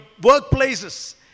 workplaces